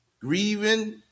grieving